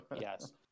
Yes